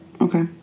Okay